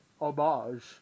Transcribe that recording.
homage